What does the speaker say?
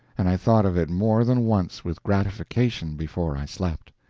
and i thought of it more than once with gratification before i slept.